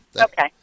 Okay